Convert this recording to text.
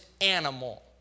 animal